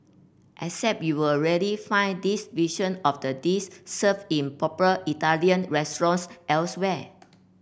except you'll rarely find this version of the dis served in proper Italian restaurants elsewhere